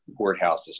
courthouses